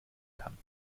kann